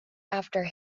after